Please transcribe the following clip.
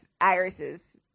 Iris's